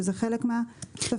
שזה חלק מהתפקיד שלו.